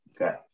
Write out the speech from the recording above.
okay